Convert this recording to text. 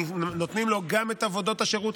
נותנים לו גם את עבודות השירות,